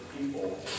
people